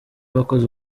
wakoze